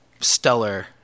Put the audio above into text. stellar